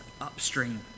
upstream